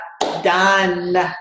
done